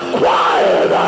quiet